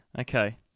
Okay